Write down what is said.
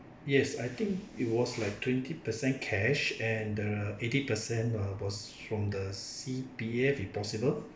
yes I think it was like twenty percent cash and uh eighty percent or above from the C_P_F if possible